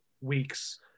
weeks